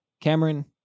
Cameron